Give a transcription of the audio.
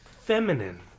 Feminine